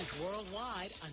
worldwide